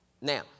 Now